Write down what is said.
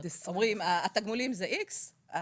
אומרים שהנזק הוא איקס,